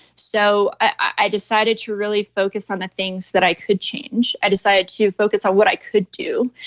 so i decided to really focus on the things that i could change, i decided to focus on what i could do.